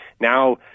now